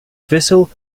vessel